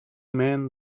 man